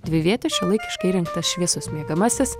dvivietis šiuolaikiškai įrengtas šviesus miegamasis